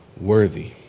worthy